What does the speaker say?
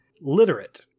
literate